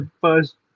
first